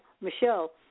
Michelle